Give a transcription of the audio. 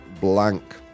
Blank